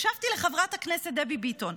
הקשבתי לחברת הכנסת דבי ביטון,